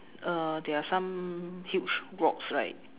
err there are some huge rocks right